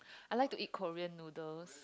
I like to eat Korean noodles